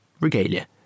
regalia